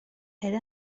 elle